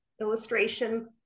Illustration